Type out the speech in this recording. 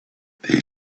they